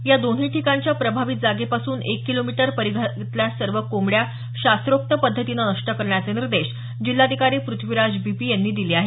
या दोन्ही ठिकाणच्या प्रभावित जागेपासून एक किलोमीटर परिघातल्या सर्व कोंबड्या शास्त्रोक्त पद्धतीने नष्ट करण्याचे निर्देश जिल्हाधकारी पृथ्वीराज बी पी यांनी दिले आहेत